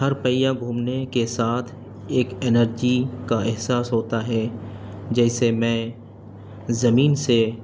ہر پیا گھومنے کے ساتھ ایک انرجی کا احساس ہوتا ہے جیسے میں زمین سے